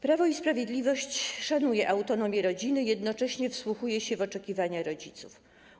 Prawo i Sprawiedliwość szanuje autonomię rodziny, jednocześnie wsłuchuje się w oczekiwania rodziców.